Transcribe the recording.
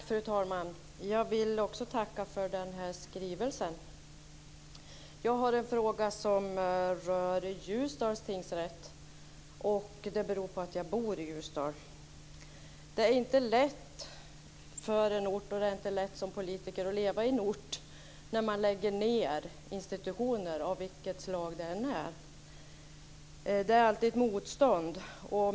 Fru talman! Jag vill också tacka för skrivelsen. Jag har en fråga som rör Ljusdals tingsrätt. Det beror på att jag bor i Ljusdal. Det är inte lätt för en ort och det är inte lätt att som politiker leva på en ort när man lägger ned institutioner av vilket slag de än är. Det är alltid motstånd.